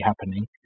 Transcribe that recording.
happening